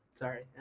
sorry